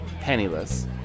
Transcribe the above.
penniless